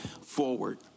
forward